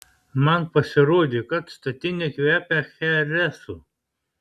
man pasirodė kad statinė kvepia cheresu